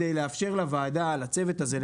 ואנחנו חושבים שכדי לאפשר לוועדה לצוות הזה,